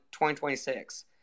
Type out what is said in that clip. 2026